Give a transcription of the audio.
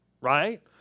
Right